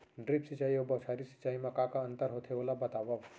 Drip सिंचाई अऊ बौछारी सिंचाई मा का अंतर होथे, ओला बतावव?